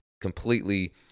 completely